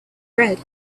red